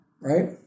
Right